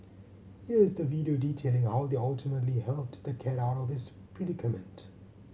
here is the video detailing how they ultimately helped the cat out of its predicament